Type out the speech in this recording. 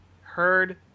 heard